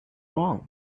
wrong